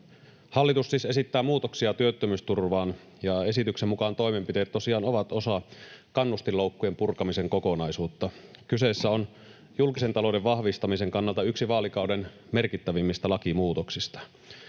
Hallitus siis esittää muutoksia työttömyysturvaan. Esityksen mukaan toimenpiteet tosiaan ovat osa kannustinloukkujen purkamisen kokonaisuutta. Kyseessä on julkisen talouden vahvistamisen kannalta yksi vaalikauden merkittävimmistä lakimuutoksista.